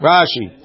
Rashi